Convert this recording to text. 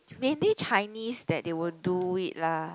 maybe Chinese that they would do it lah